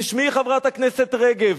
תשמעי, חברת הכנסת רגב,